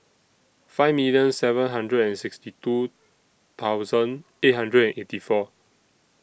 five million seven hundred and sixty two thousand eight hundred and eighty four